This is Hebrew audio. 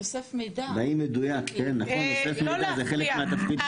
בבקשה, לא להפריע.